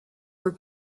were